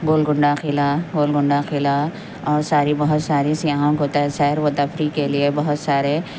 گول کنڈہ قلعہ گول کنڈہ قلعہ اور ساری بہت ساری سیاحوں کو سیر و تفریح کے لیے بہت سارے